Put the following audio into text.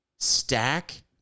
Stack